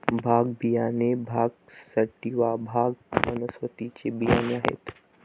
भांग बियाणे भांग सॅटिवा, भांग वनस्पतीचे बियाणे आहेत